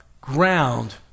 Ground